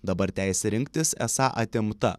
dabar teisė rinktis esą atimta